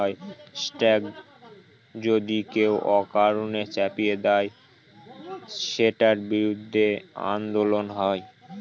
tax যদি কেউ অকারণে চাপিয়ে দেয়, সেটার বিরুদ্ধে আন্দোলন হয়